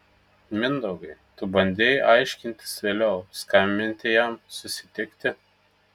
mindaugai tu bandei aiškintis vėliau skambinti jam susitikti